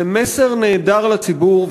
זה מסר נהדר לציבור,